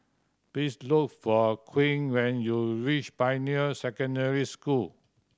please look for Quinn when you reach Pioneer Secondary School